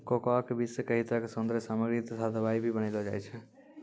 cocoa के बीज सॅ कई तरह के सौन्दर्य सामग्री तथा दवाई भी बनैलो जाय छै